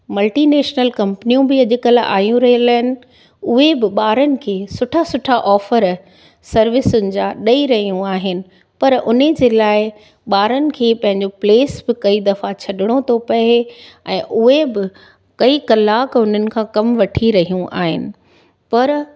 multinational कंपनियूं बि अॼुकल्ह आयूं रहियल आहिनि उहे बि ॿारनि खे सुठो सुठा ऑफर सर्विसनि जा ॾेई रहियूं आहिनि पर उनजे लाइ ॿारनि खे पंहिंजो प्लेस बि कई दफ़ा छॾिणो थो पए ऐं उहे बि कई कलाक उन्हनि खां कमु वठी रहियूं आहिनि पर